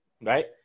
right